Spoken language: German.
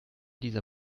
dieser